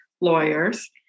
lawyers